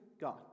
God